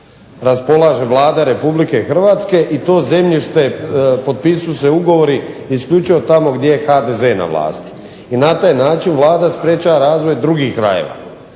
raspolaže, Vlada Republike Hrvatske i to zemljište potpisuju se ugovori isključivo tamo gdje je HDZ na vlasti. I na taj način Vlada sprečava razvoj drugih krajeva.